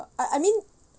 I I mean